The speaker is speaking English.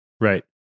Right